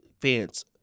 fans